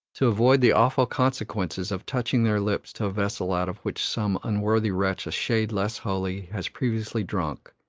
to avoid the awful consequences of touching their lips to a vessel out of which some unworthy wretch a shade less holy has previously drunk,